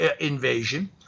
invasion